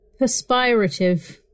perspirative